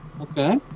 Okay